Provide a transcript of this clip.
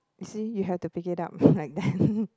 you see you have to pick it up like that